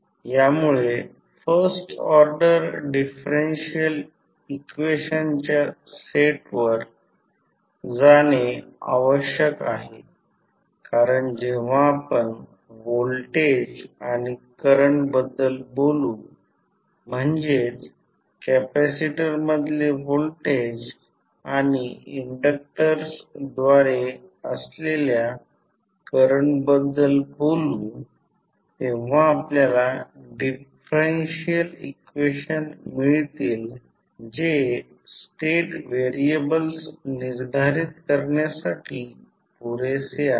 यामुळे first order differential इक्वेशनच्या सेटवर जाणे आवश्यक आहे कारण जेव्हा आपण व्होल्टेज आणि करंट बद्दल बोलू म्हणजेच कॅपेसिटर मधले व्होल्टेज आणि इंडक्टर्सद्वारे असलेल्या करंट बद्दल बोलू तेव्हा आपल्याला डिफरेन्शिअल इक्वेशन मिळतील जे स्टेट व्हेरिएबल्स निर्धारित करण्यासाठी पुरेसे आहेत